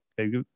Okay